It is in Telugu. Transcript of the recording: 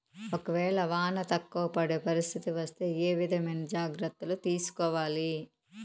ఒక వేళ వాన తక్కువ పడే పరిస్థితి వస్తే ఏ విధమైన జాగ్రత్తలు తీసుకోవాలి?